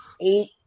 eight